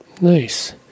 Nice